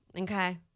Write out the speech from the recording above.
Okay